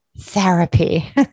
therapy